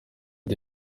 the